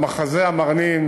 למחזה המרנין